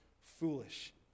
foolish